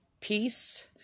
peace